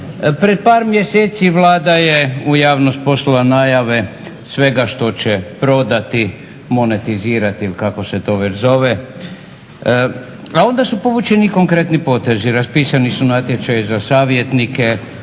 Pred par mjeseci Vlada je u javnost poslala najave svega što će prodati, monetizirati ili kako se to već zove, a onda su povučeni i konkretni potezi, raspisani su natječaji za savjetnike